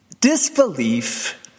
disbelief